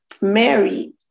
Mary